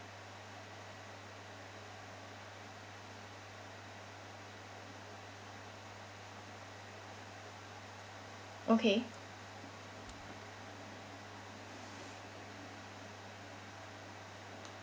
okay